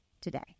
today